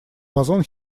бозон